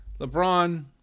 LeBron